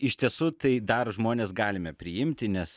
iš tiesų tai dar žmones galime priimti nes